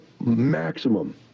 maximum